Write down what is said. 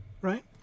right